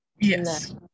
yes